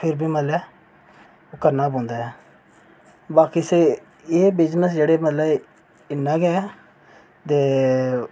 ते फिर बी मतलब ओह् करना गै पौंदा ऐ बाकी एह् बिज़नेस मतलब जेह्ड़े इन्ना गै ते